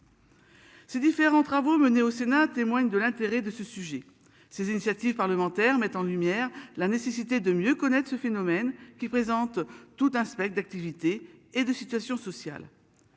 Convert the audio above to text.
Ces différents travaux menés au Sénat témoigne de l'intérêt de ce sujet. Ces initiatives parlementaires mettent en lumière la nécessité de mieux connaître ce phénomène qui présente tout un spectre d'activités et de citations sociale.